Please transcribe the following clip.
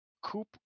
Coop